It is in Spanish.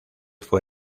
fue